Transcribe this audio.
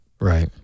Right